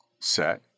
set